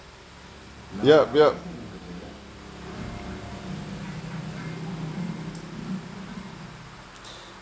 yup yup